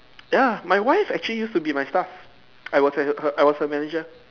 ya my wife actually used to be my staff I was her her I was her manager